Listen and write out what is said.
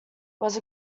was